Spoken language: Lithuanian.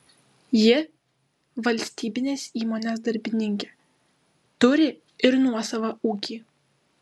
ji valstybinės įmonės darbininkė turi ir nuosavą ūkį